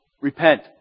Repent